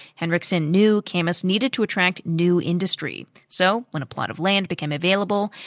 henriksen knew camas needed to attract new industry. so, when a plot of land became available,